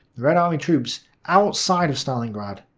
red army troops outside of stalingrad,